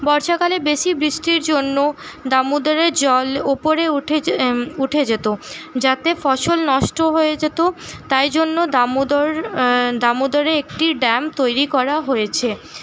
বর্ষাকালে বেশি বৃষ্টির জন্য দামোদরের জল ওপরে উঠে উঠে যেত যাতে ফসল নষ্ট হয়ে যেত তাই জন্য দামোদর দামোদরে একটি ড্যাম তৈরি করা হয়েছে